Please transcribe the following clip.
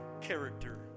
character